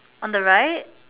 on the right